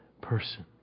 person